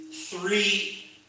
three